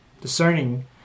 discerning